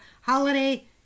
holiday